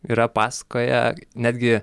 yra pasakoję netgi